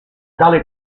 tale